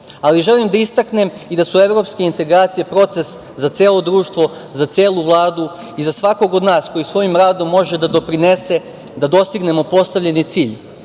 ali želim da istaknem i da su evropske integracije proces za celo društvo, za celu Vladu i za svakog od nas koji svojim radom može da doprinese da dostignemo postavljeni cilj,